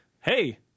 hey